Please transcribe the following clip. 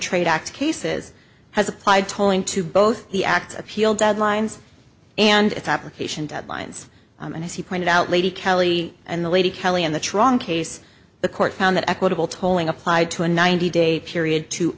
trade act cases has applied tolling to both the act appeal deadlines and its application deadlines and as he pointed out lady kelly and the lady kelly in the truong case the court found that equitable tolling applied to a ninety day period to